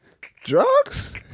Drugs